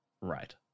Right